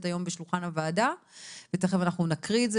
היום בשולחן הוועדה ותכף אנחנו נקריא את זה.